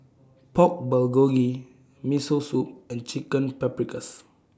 Pork Bulgogi Miso Soup and Chicken Paprikas